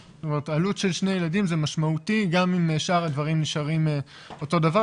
עלות של שני ילדים היא משמעותית גם אם שאר הדברים נשארים אותו דבר,